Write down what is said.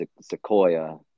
Sequoia